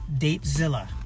datezilla